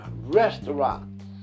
restaurants